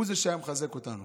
הוא זה שהיה מחזק אותנו.